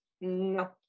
no